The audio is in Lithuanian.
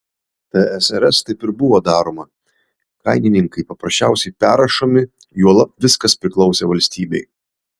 tsrs taip ir buvo daroma kainininkai paprasčiausiai perrašomi juolab viskas priklausė valstybei